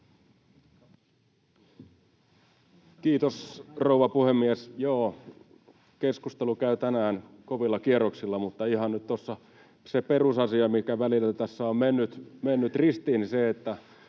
Kiitos, rouva puhemies! Joo, keskustelu käy tänään kovilla kierroksilla, mutta tässä ihan nyt se perusasia, mikä välillä tässä on mennyt ristiin,